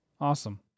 Awesome